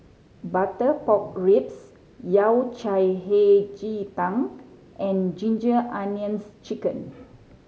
butter pork ribs Yao Cai Hei Ji Tang and Ginger Onions Chicken